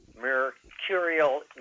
Mercurial